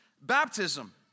baptism